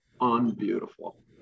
unbeautiful